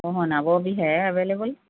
وہ ہونا وہ بھی ہے اویل ایبل